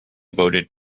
voted